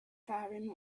faring